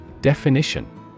Definition